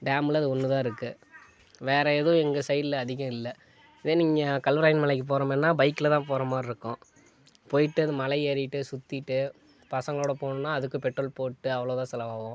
டேமில் அது ஒன்று தான் இருக்கு வேற எதுவும் எங்கள் சைடில் அதிகம் இல்லை இதே நீங்கள் கல்வராயன் மலைக்கு போகிற மாரின்னா பைக்கில் தான் போகிற மாதிரி இருக்கும் போய்ட்டு அது மலை ஏறிவிட்டு சுத்திவிட்டு பசங்களோடு போகணுன்னா அதுக்கு பெட்ரோல் போட்டு அவ்வளோதான் செலவாகும்